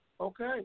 Okay